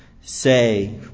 say